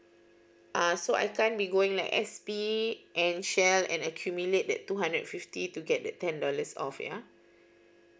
uh so I can't be going like S_P and shell and accumulate that two hundred and fifty to get the ten dollars off ya